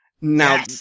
Now